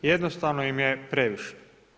Jednostavno im je previše.